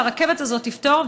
והרכבת הזאת תפתור.